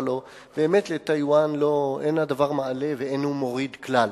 הלוא באמת לטייוואן אין הדבר מעלה ואין הוא מוריד כלל.